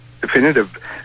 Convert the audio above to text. definitive